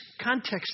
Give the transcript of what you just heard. context